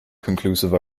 conclusive